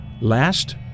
Last